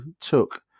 took